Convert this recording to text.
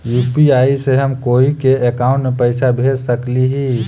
UPI से हम कोई के अकाउंट में पैसा भेज सकली ही?